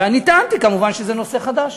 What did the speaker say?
ואני טענתי כמובן שזה נושא חדש.